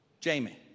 Jamie